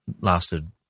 lasted